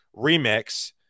Remix